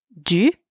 du